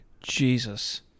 Jesus